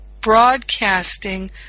broadcasting